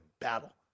battle